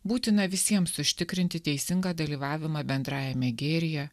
būtina visiems užtikrinti teisingą dalyvavimą bendrajame gėryje